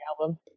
album